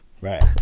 right